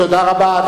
תודה רבה.